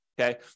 okay